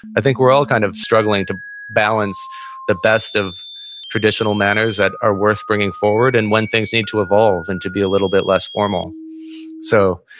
i think we're all kind of struggling to balance the best of traditional manners that are worth bringing forward and when things need to evolve and to be a little bit less formal so